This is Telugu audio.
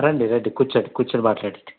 రండి రండి కూర్చోండి కూర్చుని మాట్లాడండి